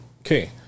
Okay